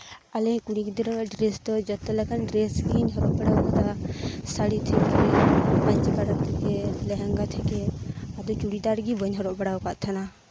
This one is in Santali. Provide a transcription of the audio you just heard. ᱟᱞᱮ ᱠᱩᱲᱤ ᱜᱤᱫᱽᱨᱟᱹ ᱰᱨᱮᱥ ᱫᱚ ᱡᱚᱛᱚᱞᱮᱠᱟᱱ ᱰᱨᱮᱥ ᱜᱤᱧ ᱦᱚᱨᱚᱜ ᱵᱟᱲᱟ ᱟᱠᱟᱫᱟ ᱥᱟᱹᱲᱤ ᱛᱷᱮᱠᱮ ᱯᱟᱹᱧᱪᱤ ᱯᱟᱲᱦᱟᱲ ᱛᱷᱮᱠᱮ ᱞᱮᱦᱮᱝᱜᱟ ᱛᱷᱮᱠᱮ ᱟᱫᱚ ᱪᱩᱲᱤᱫᱟᱨ ᱜ ᱵᱟᱹᱧ ᱦᱚᱨᱚᱜ ᱵᱟᱲᱟᱣ ᱟᱠᱟᱫ ᱛᱟᱦᱮᱱᱟ